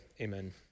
amen